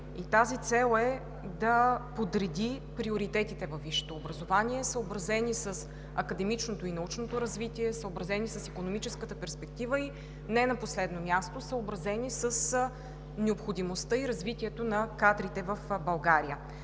Тази цел е да подреди приоритетите във висшето образование, съобразени с академичното и научното развитие, съобразени с икономическата перспектива и не на последно място, съобразени с необходимостта и развитието на кадрите в България.